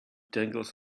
dangles